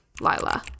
Lila